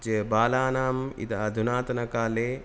जे बालानाम् इद अधुनातनकाले